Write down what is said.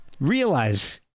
realize